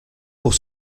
pour